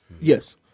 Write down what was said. Yes